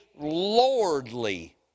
lordly